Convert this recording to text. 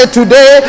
today